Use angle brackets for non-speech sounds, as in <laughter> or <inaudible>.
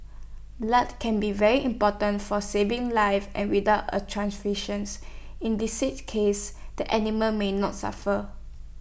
blood can be very important for saving lives and without A transfusions in <unintelligible> cases the animal may not suffer